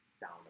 down